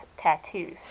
Tattoos